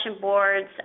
boards